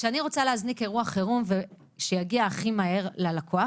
כשאני רוצה להזניק אירוע חירום שיגיע הכי מהר ללקוח,